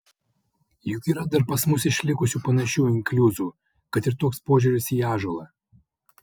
juk yra dar pas mus išlikusių panašių inkliuzų kad ir toks požiūris į ąžuolą